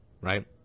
Right